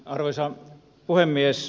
arvoisa puhemies